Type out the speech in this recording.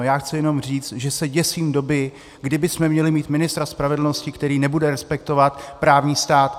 Já chci jenom říct, že se děsím doby, kdy bychom měli mít ministra spravedlnosti, který nebude respektovat právní stát.